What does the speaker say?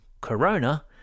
corona